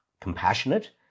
compassionate